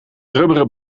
rubberen